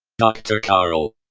dr karl.